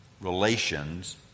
relations